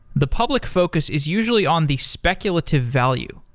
the public focus is usually on the speculative value.